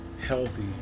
healthy